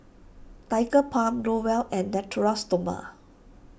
Tigerbalm Growell and Natura Stoma